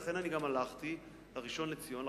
לכן אני גם הלכתי לראשון לציון,